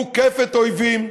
המוקפת אויבים,